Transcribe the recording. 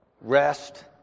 rest